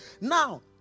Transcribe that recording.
now